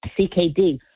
CKD